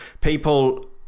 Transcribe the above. people